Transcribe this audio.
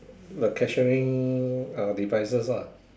like cashiering uh devices ah